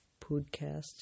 podcast